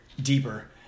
Deeper